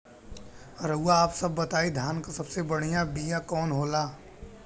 रउआ आप सब बताई धान क सबसे बढ़ियां बिया कवन होला?